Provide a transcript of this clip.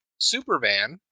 Supervan